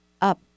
up